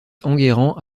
enguerrand